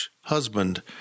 husband